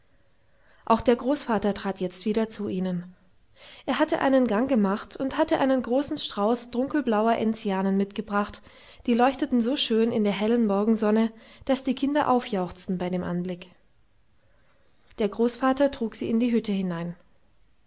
auch der großvater trat jetzt wieder zu ihnen er hatte einen gang gemacht und hatte einen großen strauß dunkelblauer enzianen mitgebracht die leuchteten so schön in der hellen morgensonne daß die kinder aufjauchzten bei dem anblick der großvater trug sie in die hütte hinein